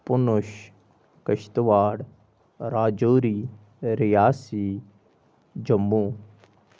Poonch Kishtwar Rajouri Reasi Jammu